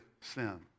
sin